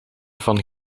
van